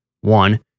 one